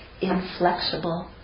inflexible